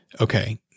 Okay